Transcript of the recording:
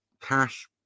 cash